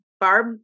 Barb